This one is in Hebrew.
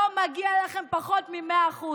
לא מגיע לכם פחות מ-100%,